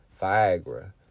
Viagra